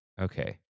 Okay